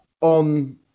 on